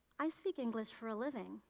i speak english for a living,